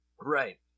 Right